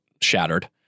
shattered